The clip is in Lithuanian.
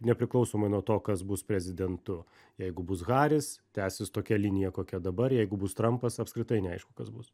nepriklausomai nuo to kas bus prezidentu jeigu bus haris tęsis tokia linija kokia dabar jeigu bus trampas apskritai neaišku kas bus